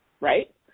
right